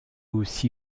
aussi